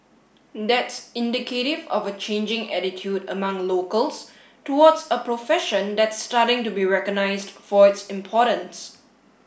that's indicative of a changing attitude among locals towards a profession that's starting to be recognised for its importance